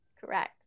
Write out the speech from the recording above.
Correct